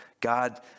God